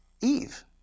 Eve